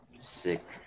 sick